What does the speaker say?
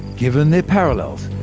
given their parallels,